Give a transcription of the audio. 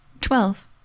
Twelve